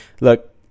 look